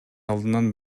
алдынан